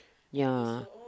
ya